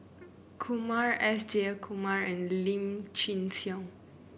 Kumar S Jayakumar and Lim Chin Siong